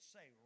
Say